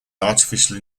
artificial